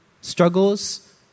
struggles